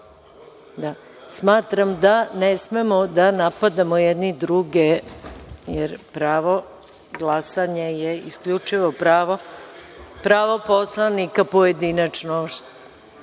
)Da, smatram da ne smemo da napadamo jedni druge, jer pravo glasanja je isključivo pravo poslanika pojedinačno